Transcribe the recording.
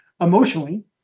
emotionally